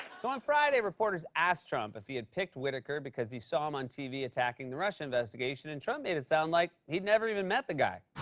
so on friday, reporters asked trump if he had picked whitaker because he saw him on tv attacking the russia investigation, and trump made it sound like he'd never even met the guy.